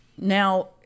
now